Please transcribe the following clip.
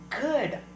good